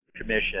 Commission